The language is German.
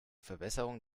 verbesserung